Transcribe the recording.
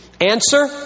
Answer